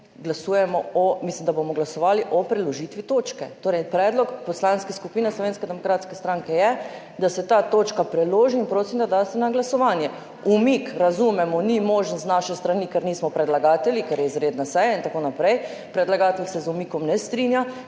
glasujemo o, mislim, da bomo glasovali o preložitvi točke. Torej, predlog Poslanske skupine Slovenske demokratske stranke je da se ta točka preloži in prosim, da date na glasovanje. Umik, razumemo, ni možen z naše strani, ker nismo predlagatelji, ker je izredna seja in tako naprej, predlagatelj se z umikom ne strinja,